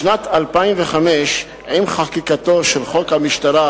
בשנת 2005, עם חקיקתו של חוק המשטרה,